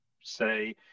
say